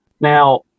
Now